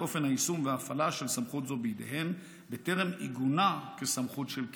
אופן היישום וההפעלה של סמכות זו בידיהן בטרם עיגונה כסמכות של קבע.